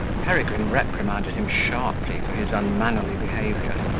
peregrine reprimanded him sharply for his unmannerly behaviour,